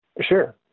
Sure